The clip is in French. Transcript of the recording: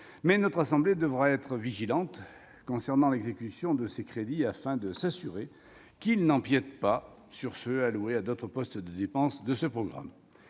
Notre assemblée devra toutefois être vigilante concernant l'exécution de ces crédits, afin de s'assurer qu'ils n'empiètent pas sur ceux qui sont alloués à d'autres postes de dépenses de ce programme.